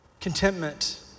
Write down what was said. Contentment